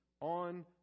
on